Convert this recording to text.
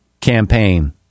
campaign